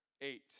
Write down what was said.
Eight